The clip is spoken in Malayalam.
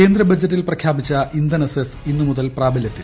കേന്ദ്ര ബജറ്റിൽ പ്രഖ്യാപ്പിച്ച ഇന്ധന സെസ് ഇന്നുമുതൽ ന് പ്രാബല്യത്തിൽ